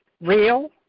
real